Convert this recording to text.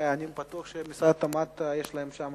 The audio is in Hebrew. ואני בטוח שלמשרד התמ"ת יש שם